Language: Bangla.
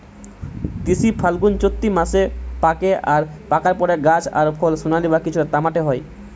তিসি ফাল্গুনচোত্তি মাসে পাকে আর পাকার পরে গাছ আর ফল সোনালী বা কিছুটা তামাটে হয়